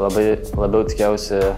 labai labiau tikėjausi